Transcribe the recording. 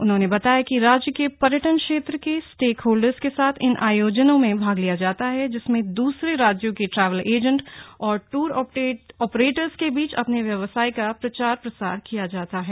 उन्होंने बताया कि राज्य के पर्यटन क्षेत्र के स्टेकहोल्डर्स के साथ इन आयोजनों में भाग लिया जाता है जिसमें दूसरे राज्यों की ट्रैवल एजेंट और टूर ऑपरेटर के बीच अपने व्यवसाय का प्रचार प्रसार किया जाता है